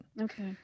okay